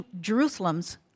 Jerusalem's